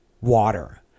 water